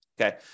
Okay